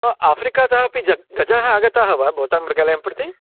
आ आफ़्रिकातः अपि जग् गजाः आगताः वा भवतां मृगालयं प्रति